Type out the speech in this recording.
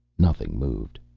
nothing moved.